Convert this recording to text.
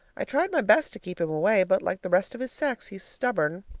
i tried my best to keep him away, but, like the rest of his sex, he's stubborn.